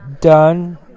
Done